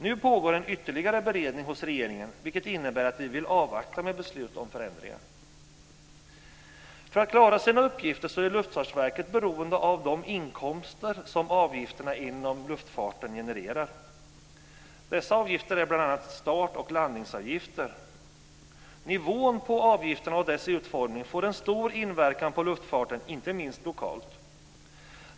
Nu pågår en ytterligare beredning inom regeringen, vilket gör att vi vill avvakta med beslut om förändringar. För att klara sina uppgifter är Luftfartsverket beroende av de inkomster som avgifterna inom luftfarten genererar. Dessa avgifter är bl.a. start och landningsavgifter. Nivån på avgifterna och deras utformning får en stor inverkan på luftfarten, inte minst lokalt.